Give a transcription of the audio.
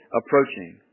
approaching